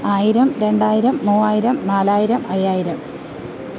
ആയിരം രണ്ടായിരം മുവ്വായിരം നാലായിരം അയ്യായിരം